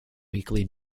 weekly